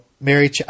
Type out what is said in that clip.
Mary